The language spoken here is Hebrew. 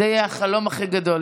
זה יהיה החלום הכי גדול,